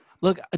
look